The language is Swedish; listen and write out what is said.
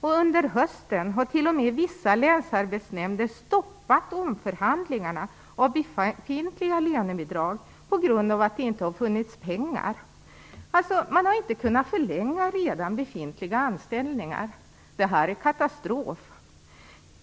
Under hösten har t.o.m. vissa länsarbetsnämnder stoppat omförhandlingarna om befintliga lönebidrag till följd av att det inte har funnits pengar. Man har alltså inte kunnat förlänga redan befintliga anställningar. Detta är katastrof.